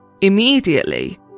Immediately